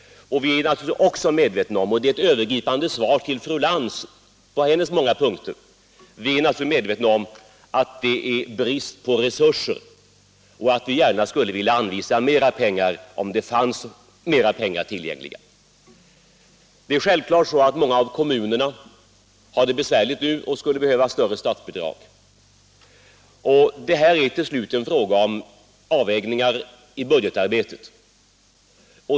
Vi är naturligtvis också medvetna om — det är ett övergripande svar till fru Lantz när det gäller hennes många punkter — att det råder brist på resurser. Vi skulle gärna vilja anvisa mera pengar om det fanns mera pengar tillgängliga. Det är självfallet så att många av kommunerna har det besvärligt nu och skulle behöva större statsbidrag. Det är till sist en fråga om avvägningar i budgetarbetet.